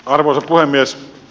arvoisa puhemies